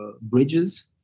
bridges